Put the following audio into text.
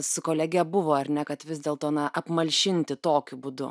su kolege buvo ar ne kad vis dėl to na apmalšinti tokiu būdu